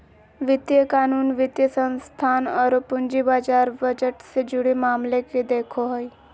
वित्तीय कानून, वित्तीय संस्थान औरो पूंजी बाजार बजट से जुड़े मामले के देखो हइ